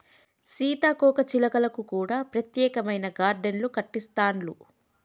సీతాకోక చిలుకలకు కూడా ప్రత్యేకమైన గార్డెన్లు కట్టిస్తాండ్లు